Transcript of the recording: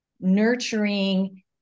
nurturing